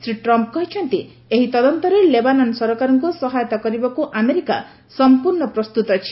Shri Trump କହିଛନ୍ତି ଏହି ତଦନ୍ତରେ ଲେବାନନ ସରକାରଙ୍କୁ ସହାୟତା କରିବାକୁ ଆମେରିକା ସଂପ୍ରର୍ଣ୍ଣ ପ୍ରସ୍ତୁତ ଅଛି